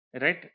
right